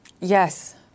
Yes